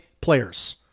players